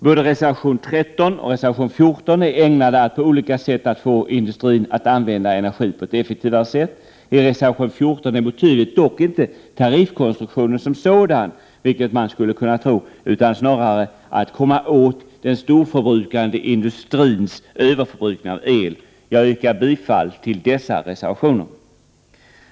Både reservation 13 och reservation 14 är ägnade att på olika sätt få industrin att använda energin effektivare. I reservation 14 är motivet dock inte tariffkonstruktionen som sådan, vilket man skulle kunna tro, utan snarare att komma åt den storförbrukande industrins överförbrukning av el. Jag yrkar bifall till dessa reservationer.